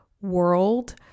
world